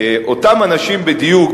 אותם אנשים בדיוק,